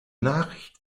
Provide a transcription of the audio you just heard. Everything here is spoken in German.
nachricht